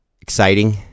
exciting